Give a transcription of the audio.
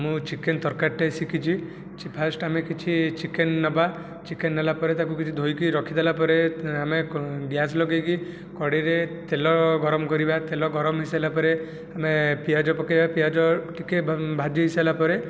ମୁଁ ଚିକେନ୍ ତରକାରୀଟେ ଶିଖିଛି ଫାଷ୍ଟ ଆମେ କିଛି ଚିକେନ୍ ନେବା ଚିକେନ୍ ନେଲା ପରେ ତାକୁ କିଛି ଧୋଇକି ରଖିଦେଲା ପରେ ଆମେ ଗ୍ୟାସ୍ ଲଗେଇକି କଡ଼େଇରେ ତେଲ ଗରମ କରିବା ତେଲ ଗରମ ହୋଇସାରିଲା ପରେ ଆମେ ପିଆଜ ପକେଇବା ପିଆଜ ଟିକିଏ ଭାଜି ହୋଇସାଇଲା ପରେ